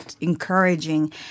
encouraging